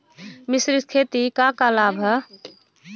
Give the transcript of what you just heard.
मिश्रित खेती क का लाभ ह?